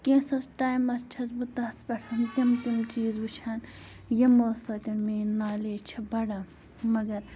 کیٚنٛژھَس ٹایمَس چھَس بہٕ تَتھ پٮ۪ٹھ تِم تِم چیٖز وٕچھان یِمو سۭتۍ میٛٲنۍ نالیج چھےٚ بَڑان مگر